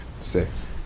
Six